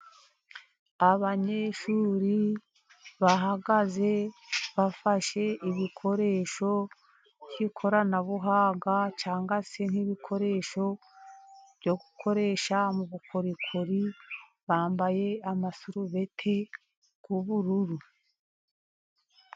Abanyeshuri bahagaze bafashe ibikoresho by'koranabuhanga cyangwa se nk'ibikoresho byo gukoresha mu bukorikori, bambaye amaturubete y'ubururu.